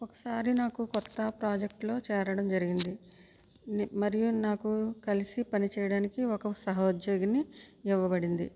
ఒకసారి నాకు కొత్త ప్రాజెక్ట్లో చేరడం జరిగింది మరియు నాకు కలిసి పని చేయడానికి ఒక సహోద్యోగిని ఇవ్వబడింది